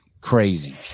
crazy